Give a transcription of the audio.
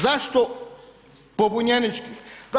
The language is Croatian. Zašto pobunjeničkih?